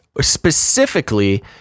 specifically